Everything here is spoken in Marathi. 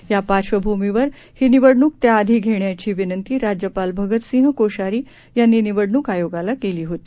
या पार्श्वभूमीवर ही निवडणूक त्याआधी घेण्याची विनंती राज्यपाल भगतसिंह कोश्यारी यांनी निवडणूक आयोगाला केली होती